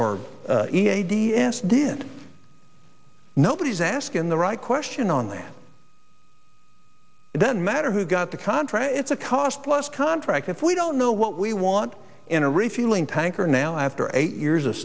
or e a d s did nobody's asking the right question on that it doesn't matter who got the contract it's a cost plus contract if we don't know what we want in a refueling tanker now after eight years of